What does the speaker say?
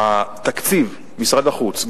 תקציב משרד החוץ,